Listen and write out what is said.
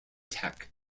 tech